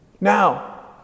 Now